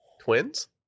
twins